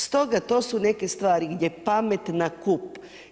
Stoga to su neke stvari gdje pamet na kup.